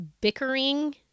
bickering